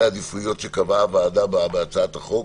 העדיפויות של סוגי דיונים שקבעה הוועדה בהצעת החוק.